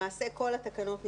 למעשה כל התקנות נפתחות,